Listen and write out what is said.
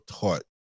taught